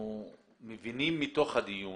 אנחנו מבינים מתוך הדיון